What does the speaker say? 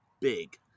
big